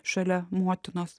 šalia motinos